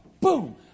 Boom